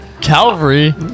Calvary